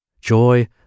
Joy